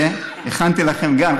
הכנתי לכם גם,